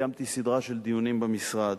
קיימתי סדרה של דיונים במשרד.